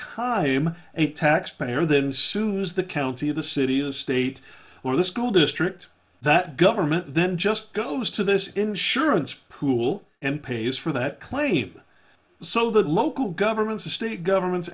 time a taxpayer then soon as the county of the city the state or the school district that government then just goes to this insurance pool and pays for that claim so the local governments the state governments